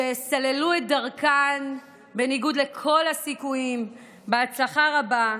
שסללו את דרכן נגד לכל הסיכויים בהצלחה רבה,